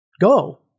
go